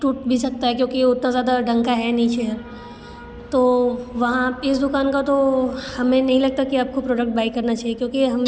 टूट भी सकती है क्योंकि उतना ज़्यादा ढंग का है नहीं चेयर तो वहाँ इस दुकान का तो हमें नहीं लगता कि आप को प्रोडक्ट बाय करना चाहिए क्योंकि ये हम